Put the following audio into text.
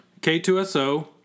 K2SO